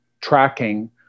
tracking